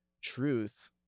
truth